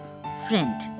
friend